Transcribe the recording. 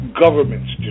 governments